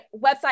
website